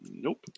Nope